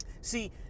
See